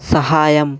సహాయం